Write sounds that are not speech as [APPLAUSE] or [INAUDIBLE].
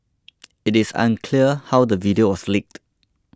[NOISE] it is unclear how the video was leaked